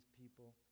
people